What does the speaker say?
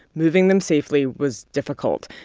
moving them safely was difficult.